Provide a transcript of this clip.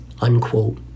Unquote